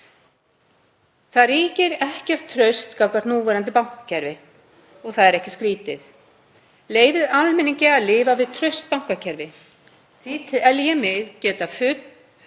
Það ríkir ekkert traust gagnvart núverandi bankakerfi og það er ekkert skrýtið. Leyfið almenningi að lifa við traust bankakerfi. Því tel ég mig geta fullyrt